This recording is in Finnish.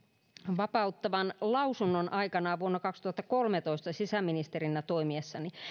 vapauttavan lausunnon aikanaan vuonna kaksituhattakolmetoista sisäministerinä toimiessani